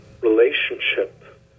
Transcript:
relationship